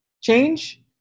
change